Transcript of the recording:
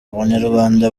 abanyarwanda